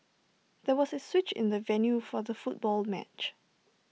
there was A switch in the venue for the football match